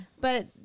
But-